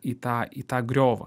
į tą į tą griovą